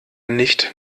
nicht